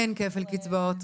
אין כפל קצבאות.